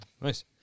Nice